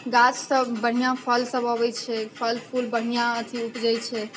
गाछ सब बढ़िआँ फल सब अबैत छै फल फूल बढ़िआँ अथी ऊपजैत छै